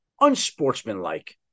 unsportsmanlike